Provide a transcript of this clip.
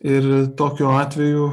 ir tokiu atveju